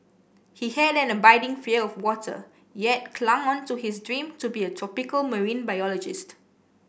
he had an abiding fear of water yet clung on to his dream to be a tropical marine biologist